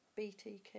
btk